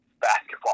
basketball